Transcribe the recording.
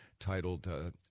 titled